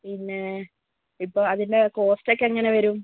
പിന്നെ ഇപ്പോൾ അതിൻറെ കോസ്റ്റോക്കെ എങ്ങനെ വരും